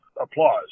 applause